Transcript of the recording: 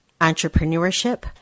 entrepreneurship